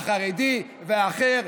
החרדי והאחר,